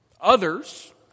Others